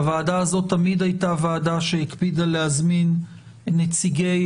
הוועדה תמיד הייתה כזו שהקפידה על הזמנת נציגי